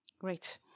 Great